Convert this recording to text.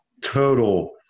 total